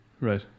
right